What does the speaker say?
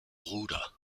bruder